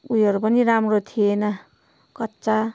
उयोहरू पनि राम्रो थिएन कच्चा